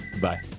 Bye